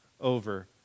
over